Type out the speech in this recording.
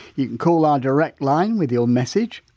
you can call our direct line with your message,